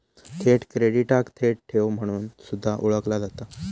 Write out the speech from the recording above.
थेट क्रेडिटाक थेट ठेव म्हणून सुद्धा ओळखला जाता